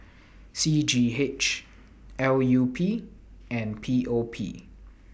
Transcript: C G H L U P and P O P